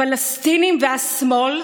הפלסטינים והשמאל,